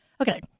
Okay